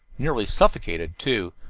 nearly suffocated, too.